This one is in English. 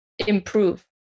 improve